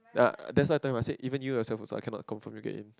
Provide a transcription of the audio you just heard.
ya that's why i tell you even you yourself also I cannot confirm you get in